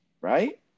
right